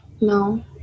No